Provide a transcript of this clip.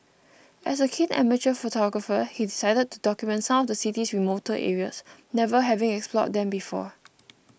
as a keen amateur photographer he decided to document some of the city's remoter areas never having explored them before